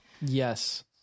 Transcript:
Yes